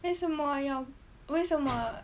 为什么要为什么